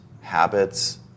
habits